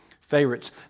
favorites